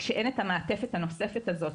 כשאין את המעטפת הנוספת הזאת